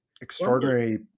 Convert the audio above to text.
extraordinary